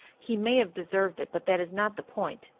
he may have deserved it, but that is not the point.